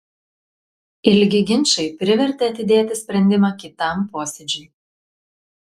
ilgi ginčai privertė atidėti sprendimą kitam posėdžiui